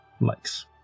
likes